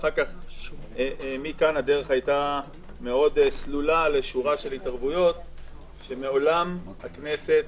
ומכאן הדרך היתה סלולה לשורת התערבויות שמעולם הכנסת